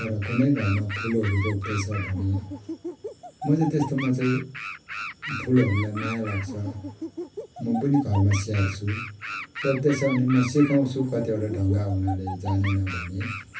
तर कुनै घरमा फुलहरू रोप्दैछ भने म चाहिँ त्यस्तोमा चाहिँ फुलहरूलाई माया लाग्छ म पनि घरमा स्याहार्छु रोप्दैछ भने म सिकाउँछु कतिवटा ढङ्ग उनीहरूले जानेन भने